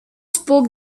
spoke